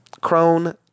Crone